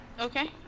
Okay